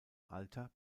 alter